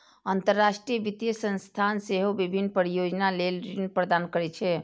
अंतरराष्ट्रीय वित्तीय संस्थान सेहो विभिन्न परियोजना लेल ऋण प्रदान करै छै